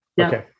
Okay